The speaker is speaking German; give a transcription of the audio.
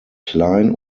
klein